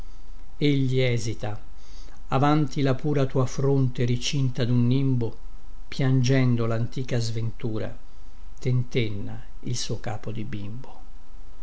ignora egli esita avanti la pura tua fronte ricinta dun nimbo piangendo lantica sventura tentenna il suo capo di bimbo